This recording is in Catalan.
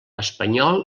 espanyol